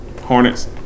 Hornets